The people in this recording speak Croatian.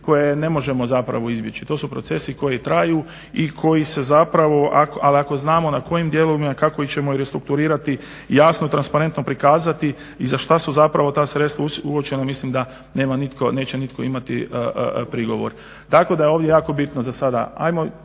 koje ne možemo zapravo izbjeći. To su procesi koji traju i koji se zapravo, ali ako znamo na kojim dijelovima kako ćemo ih restrukturirati jasno transparentno prikazati i za što su zapravo ta sredstva uočena mislim da nema nitko, neće nitko imati prigovor. Tako da je ovdje jako bitno zasada